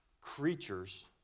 creatures